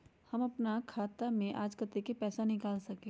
हम अपन खाता से आज कतेक पैसा निकाल सकेली?